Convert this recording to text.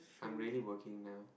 I'm really working now